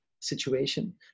situation